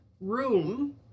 room